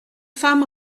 femme